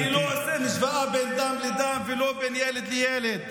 אני לא עושה השוואה בין דם לדם ולא בין ילד לילד.